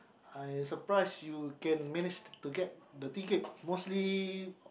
I surprised you can managed to get the ticket mostly